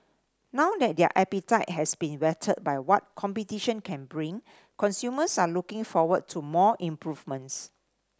now that their appetite has been whetted by what competition can bring consumers are looking forward to more improvements